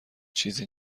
چیزی